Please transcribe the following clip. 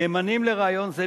נאמנים לרעיון זה,